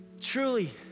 truly